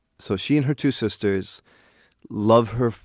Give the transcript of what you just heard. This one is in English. so she and her two sisters love her